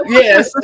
yes